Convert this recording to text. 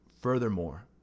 furthermore